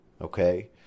okay